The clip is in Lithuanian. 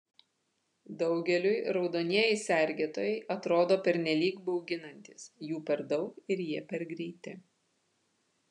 daugeliui raudonieji sergėtojai atrodo pernelyg bauginantys jų per daug ir jie per greiti